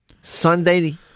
Sunday